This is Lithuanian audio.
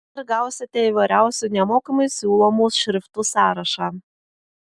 ir gausite įvairiausių nemokamai siūlomų šriftų sąrašą